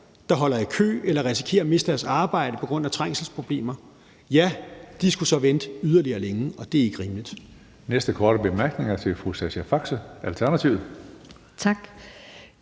der holder i kø eller risikerer at miste deres arbejde på grund af trængselsproblemer, så skulle vente yderligere længe, og det er ikke rimeligt.